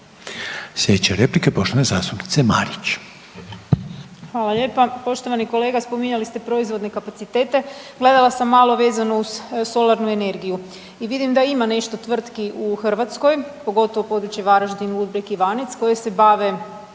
Slijedeće replike poštovane zastupnice Marić.